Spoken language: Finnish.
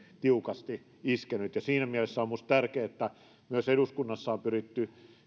tiukasti iskeneet siinä mielessä on minusta tärkeää että myös eduskunnassa on pyritty